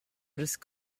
risk